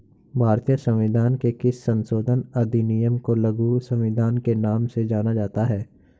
भारतीय संविधान के किस संशोधन अधिनियम को लघु संविधान के नाम से जाना जाता है?